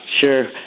sure